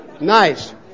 Nice